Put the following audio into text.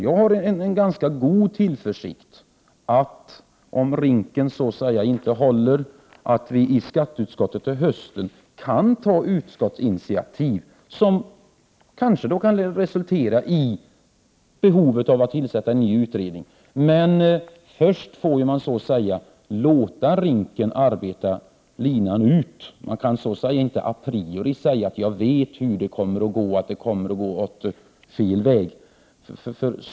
Jag har en ganska god tillförsikt till att vi, om RINK så att säga inte håller, i skatteutskottet till hösten kan ta utskottsinitiativ, som kanske kan resultera i tillsättandet av en ny utredning. Men först får vi låta RINK löpa linan ut. Man kan inte a priori säga att man — Prot. 1988/89:110 vet hur det kommer att gå och att det kommer att gå fel väg.